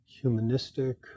humanistic